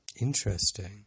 Interesting